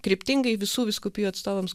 kryptingai visų vyskupijų atstovams